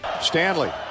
Stanley